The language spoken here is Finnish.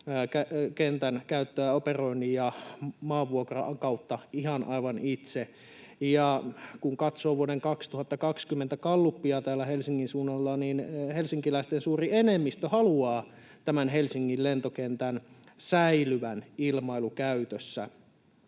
kentän käyttöä operoinnin ja maanvuokran kautta aivan ihan itse. Kun katsoo vuoden 2020 gallupia täällä Helsingin suunnalla, niin helsinkiläisten suuri enemmistö haluaa tämän Helsingin lentokentän säilyvän ilmailukäytössä.